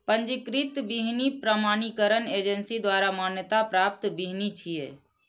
पंजीकृत बीहनि प्रमाणीकरण एजेंसी द्वारा मान्यता प्राप्त बीहनि होइ छै